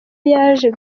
yaje